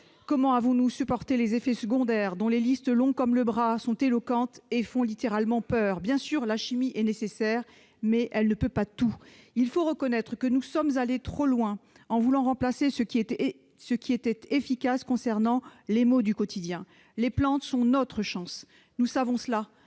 Comment avons-nous pu supporter les effets secondaires des médicaments, dont les listes, longues comme le bras, sont éloquentes et font littéralement peur ? Bien sûr, la chimie est nécessaire, mais elle ne peut pas tout. Il faut le reconnaître, nous sommes allés trop loin en voulant remplacer ce qui était efficace contre les maux du quotidien. Les plantes sont notre chance ; nous le savons.